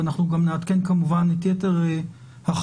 ואנחנו נעדכן כמובן גם את יתר החברים,